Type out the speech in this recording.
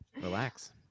relax